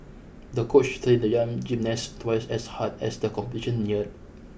the coach trained the young gymnast twice as hard as the competition neared